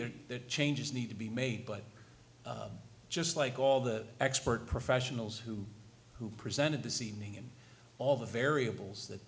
there that changes need to be made but just like all the expert professionals who who presented this evening and all the variables that